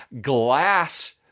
glass